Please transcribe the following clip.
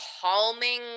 calming